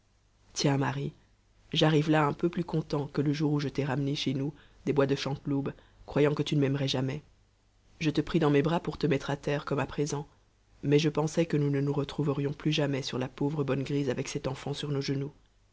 tiens marie j'arrive là un peu plus content que le jour où je t'ai ramenée chez nous des bois de chanteloube croyant que tu ne m'aimerais jamais je te pris dans mes bras pour te mettre à terre comme à présent mais je pensais que nous ne nous retrouverions plus jamais sur la pauvre bonne grise avec cet enfant sur nos genoux